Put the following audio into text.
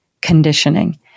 conditioning